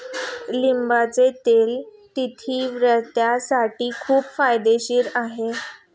लिंबाचे तेल त्वचेसाठीही खूप फायदेशीर आहे